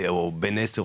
הוא בן עשר,